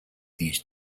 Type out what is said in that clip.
these